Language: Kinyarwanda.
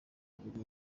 kuririmba